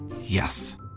Yes